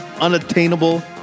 unattainable